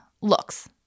looks